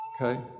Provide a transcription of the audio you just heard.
Okay